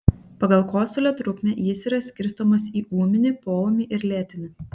pagal kosulio trukmę jis yra skirstomas į ūminį poūmį ir lėtinį